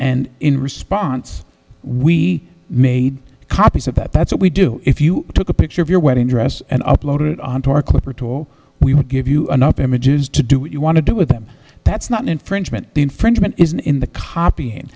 and in response we made copies of that that's what we do if you took a picture of your wedding dress and upload it onto our corporate we would give you an up images to do what you want to do with them that's not an infringement infringement isn't in the copy